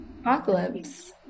Apocalypse